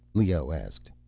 leoh asked.